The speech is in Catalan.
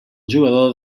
jugador